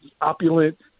opulent